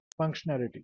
functionality